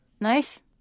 nice